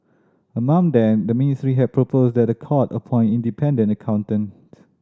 among them the ministry had proposed that the court appoint independent accountant